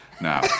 now